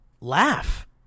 Laugh